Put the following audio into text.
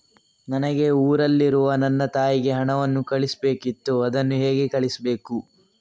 ನನಗೆ ಊರಲ್ಲಿರುವ ನನ್ನ ತಾಯಿಗೆ ಹಣವನ್ನು ಕಳಿಸ್ಬೇಕಿತ್ತು, ಅದನ್ನು ಹೇಗೆ ಕಳಿಸ್ಬೇಕು?